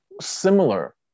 similar